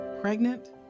Pregnant